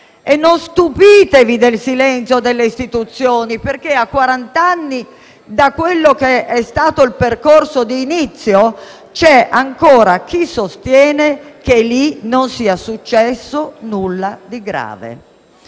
Non stupitevi del silenzio delle istituzioni, perché a quarant' anni da quello che è stato il percorso di inizio c'è ancora chi sostiene che lì non sia successo nulla di grave.